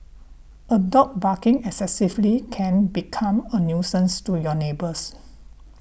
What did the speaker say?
a dog barking excessively can become a nuisance to your neighbours